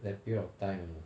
that period of time you know